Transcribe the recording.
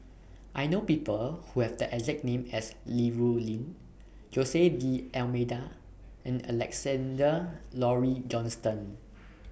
I know People Who Have The exact name as Li Rulin Jose D'almeida and Alexander Laurie Johnston